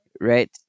Right